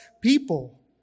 people